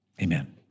amen